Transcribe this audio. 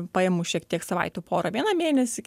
pajamų šiek tiek savaitę pora vieną mėnesį